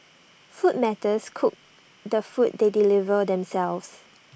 food matters cook the food they deliver themselves